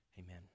Amen